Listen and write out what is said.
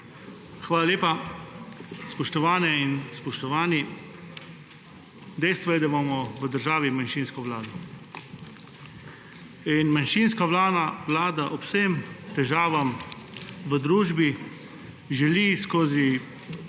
Hvala lepa. Spoštovane in spoštovani! Dejstvo je, da imamo v državi manjšinsko vlado. Manjšinska vlada ob vseh težavah v družbi želi skozi,